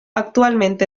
actualment